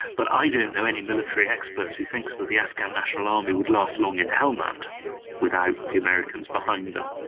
but i don't know any military expert who thinks that the afghan national army would last long in helmand without the americans behind them.